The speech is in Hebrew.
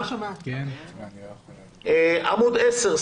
עמוד 10,